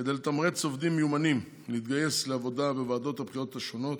כדי לתמרץ עובדים מיומנים להתגייס לעבודה בוועדות הבחירות השונות,